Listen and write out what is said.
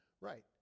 Right